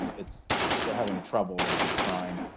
um it's but they're having trouble. they keep trying,